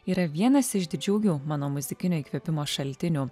yra vienas iš didžiųjų mano muzikinio įkvėpimo šaltinių